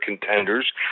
contenders